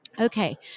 Okay